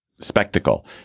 spectacle